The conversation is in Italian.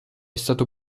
stato